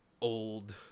old